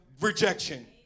rejection